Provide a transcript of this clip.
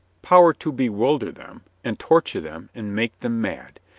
power to bewilder them, and torture them, and make them mad.